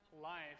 life